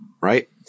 right